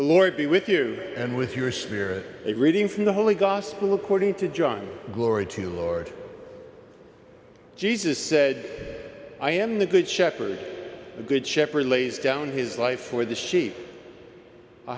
the lord be with you and with your spirit a reading from the holy gospel according to john glory to the lord jesus said i am the good shepherd the good shepherd lays down his life for the sheep